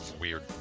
Weird